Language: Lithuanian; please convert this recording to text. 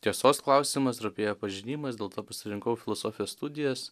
tiesos klausimas rūpėjo pažinimas dėl to pasirinkau filosofijos studijas